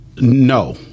No